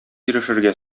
ирешергә